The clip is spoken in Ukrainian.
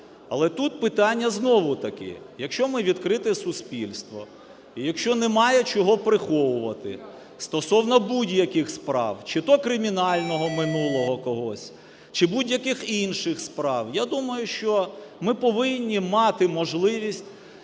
Але тут питання знову-таки, якщо ми відкрите суспільство, якщо немає чого приховувати стосовно будь-яких справ, чи то кримінального минулого когось, чи будь-яких інших справ, я думаю, що ми повинні мати можливість,